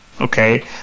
Okay